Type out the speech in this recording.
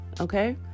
Okay